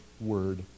word